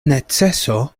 neceso